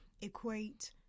equate